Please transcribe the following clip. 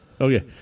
Okay